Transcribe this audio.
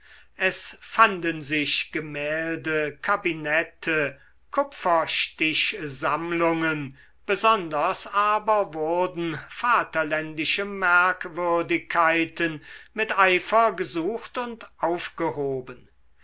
es fanden sich gemäldekabinette kupferstichsammlungen besonders aber wurden vaterländische merkwürdigkeiten mit eifer gesucht und aufgehoben